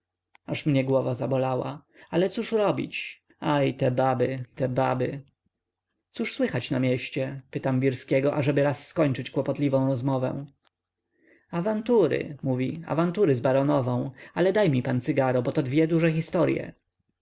aż mnie głowa zabolała ale cóż robić aj te baby te baby cóż słychać na mieście pytam wirskiego ażeby raz skończyć kłopotliwą rozmowę awantury mówi awantury z baronową ale daj mi pan cygaro bo to dwie duże historye